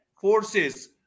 forces